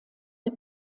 der